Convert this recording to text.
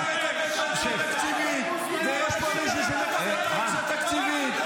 יש פה מישהו שמקבל פנסיה תקציבית.